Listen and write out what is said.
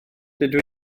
dydw